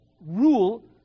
rule